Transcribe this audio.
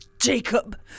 Jacob